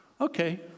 okay